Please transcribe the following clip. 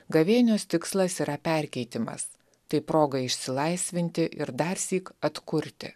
gavėnios tikslas yra perkeitimas tai proga išsilaisvinti ir darsyk atkurti